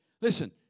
Listen